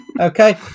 Okay